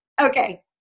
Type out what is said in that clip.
Okay